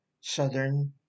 Southern